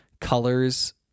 colors